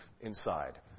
inside